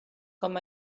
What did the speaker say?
com